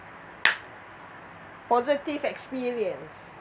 positive experience